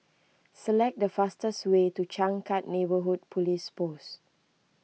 select the fastest way to Changkat Neighbourhood Police Post